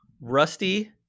Rusty